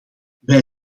wij